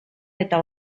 eta